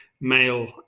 male